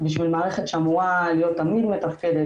מערכת שאמורה להיות תמיד מתפקדת,